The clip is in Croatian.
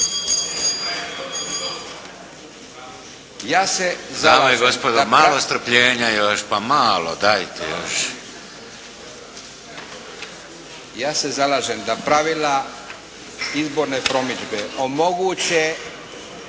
Ja se zalažem da pravila izborne promidžbe omoguće